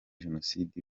jenoside